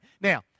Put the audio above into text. now